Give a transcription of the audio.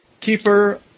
Keeper